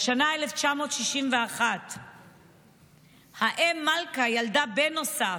השנה היא 1961. האם מלכה ילדה בן נוסף,